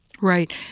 Right